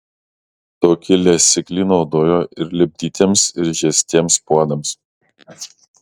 tokį liesiklį naudojo ir lipdytiems ir žiestiems puodams